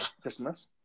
Christmas